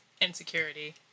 insecurity